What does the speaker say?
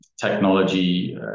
technology